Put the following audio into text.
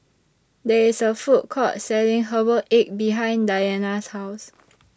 There IS A Food Court Selling Herbal Egg behind Dianna's House